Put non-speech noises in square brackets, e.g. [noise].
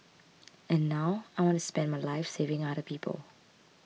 [noise] and now I want to spend my life saving other people